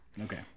Okay